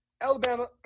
Alabama